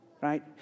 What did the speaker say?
right